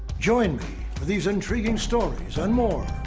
join me for these intriguing stories and more.